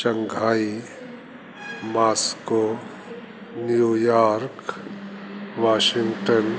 Shanghai Moscow New York Washington